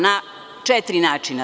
Na četiri načina.